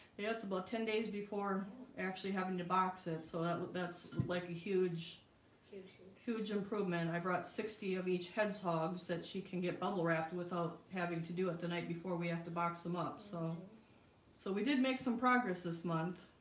yeah, it's about ten days before actually having to box it so that that's like a huge huge huge improvement i brought sixty of each hedgehogs that she can get bubble wrapped without having to do it the night before we have to box them up. so so we did make some progress this month